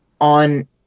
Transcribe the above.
on